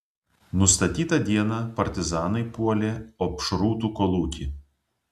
nustatytą dieną partizanai puolė opšrūtų kolūkį